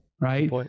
right